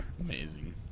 amazing